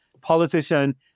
politician